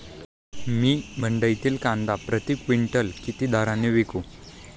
मी मंडईतील कांदा प्रति क्विंटल किती दराने विकू?